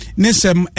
nisem